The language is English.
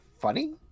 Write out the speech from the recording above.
funny